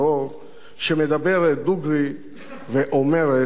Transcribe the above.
שמדברת דוגרי ואומרת אמת.